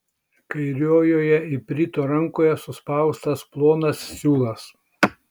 kairiojoje iprito rankoje suspaustas plonas siūlas